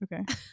okay